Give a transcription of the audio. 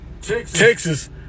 Texas